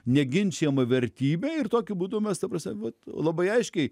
neginčijama vertybė ir tokiu būdu mes ta prasme vat labai aiškiai